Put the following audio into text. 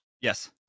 yes